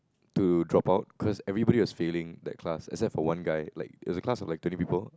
to drop out cause everybody is failing that class except for one guy like it was a class of like twenty people